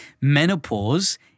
menopause